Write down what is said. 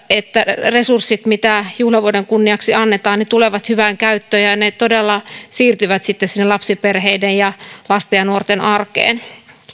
että resurssit mitä juhlavuoden kunniaksi annetaan tulevat hyvään käyttöön ja todella siirtyvät sitten sinne lapsiperheiden ja lasten ja nuorten arkeen